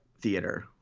theater